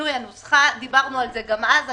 ושינוי הנוסחה, דיברנו על זה גם אז.